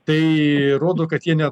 tai rodo kad jie ne